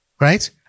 Right